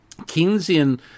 Keynesian